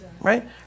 Right